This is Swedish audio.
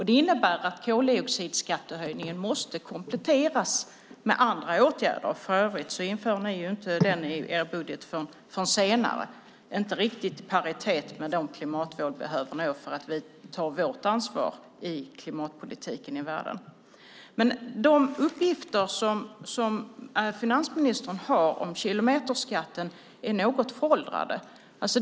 Det innebär att koldioxidskattehöjningen måste kompletteras med andra åtgärder. För övrigt införde ni inte detta i er budget förrän senare - inte riktigt i paritet med de klimatmål vi behöver nå för att ta vårt ansvar i klimatpolitiken i världen. De uppgifter som finansministern har om kilometerskatten är något föråldrade.